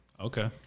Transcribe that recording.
Okay